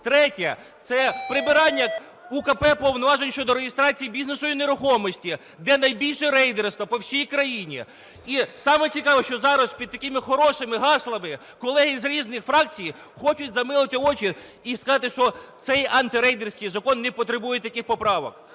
Третє. Це прибирання у КП повноважень щодо реєстрації бізнесу і нерухомості, де найбільше рейдерство по всій країні. І саме цікаве, що зараз під такими хорошими гаслами колеги з різних фракцій хочуть замилити очі і сказати, що цей антирейдерський закон не потребує таких поправок.